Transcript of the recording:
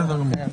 בסדר גמור.